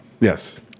Yes